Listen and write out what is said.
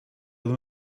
them